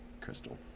Crystal